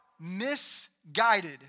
misguided